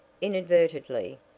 inadvertently